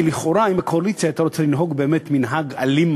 כי לכאורה אם הקואליציה הייתה רוצה לנהוג באמת מנהג אלים,